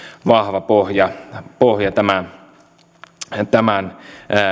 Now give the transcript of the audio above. vahva pohja pohja tämän